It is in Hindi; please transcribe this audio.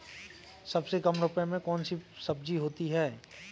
सबसे कम रुपये में कौन सी सब्जी होती है?